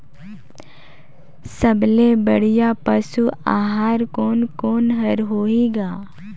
सबले बढ़िया पशु आहार कोने कोने हर होही ग?